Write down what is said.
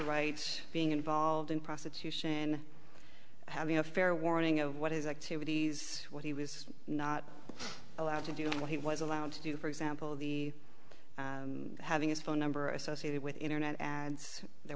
rights being involved in prostitution having a fair warning of what his activities what he was not allowed to do what he was allowed to do for example the having his phone number associated with internet ads there